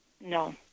No